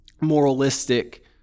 moralistic